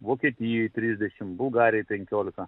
vokietijoj trisdešimt bulgarijoj penkiolika